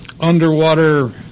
underwater